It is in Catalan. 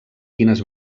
quines